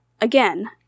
again